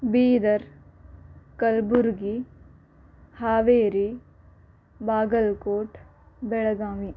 Bidar Kalburgi Haveri Bagalkot Belagavi